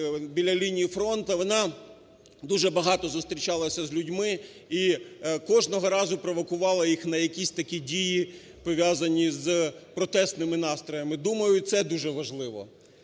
біля лінії фронту. Вона дуже багато зустрічалася з людьми і кожного разу провокувала їх на якісь такі дії пов'язані з протестними настроями. Думаю це дуже важливо.